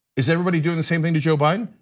is everybody doing the same thing to joe biden?